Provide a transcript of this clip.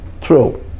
true